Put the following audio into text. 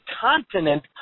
continent